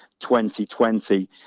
2020